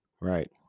right